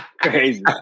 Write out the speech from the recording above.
Crazy